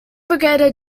brigadier